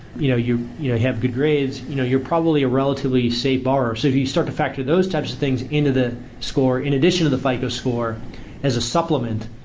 you know you you know have good grades, you know you're probably a relatively safe borrower. if you start to factor those types of things into the score, in addition to the fico score as a supplement,